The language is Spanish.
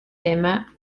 tema